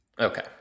Okay